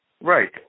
Right